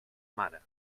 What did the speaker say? mare